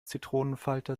zitronenfalter